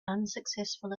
unsuccessful